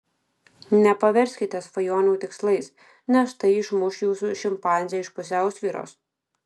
nepaverskite svajonių tikslais nes tai išmuš jūsų šimpanzę iš pusiausvyros